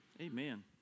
Amen